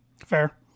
Fair